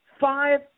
five